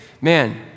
Man